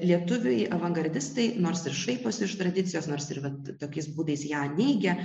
lietuviai avangardistai nors ir šaiposi iš tradicijos nors ir vat tokiais būdais ją neigia